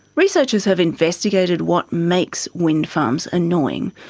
researchers have investigated what makes windfarms annoying,